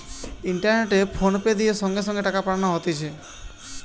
ইন্টারনেটে ফোনপে দিয়ে সঙ্গে সঙ্গে টাকা পাঠানো হতিছে